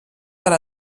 per